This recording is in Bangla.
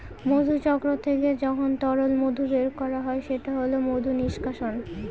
মধুচক্র থেকে যখন তরল মধু বের করা হয় সেটা হল মধু নিষ্কাশন